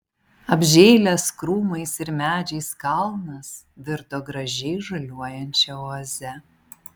apžėlęs krūmais ir medžiais kalnas virto gražiai žaliuojančia oaze